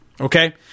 okay